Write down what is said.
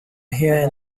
here